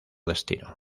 destino